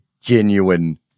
genuine